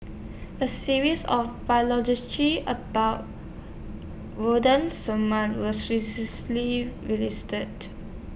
A series of about wooden